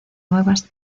nuevas